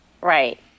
Right